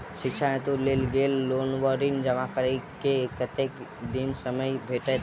शिक्षा हेतु लेल गेल लोन वा ऋण जमा करै केँ कतेक दिनक समय भेटैत अछि?